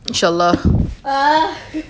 sure lor